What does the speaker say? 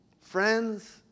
Friends